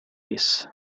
ace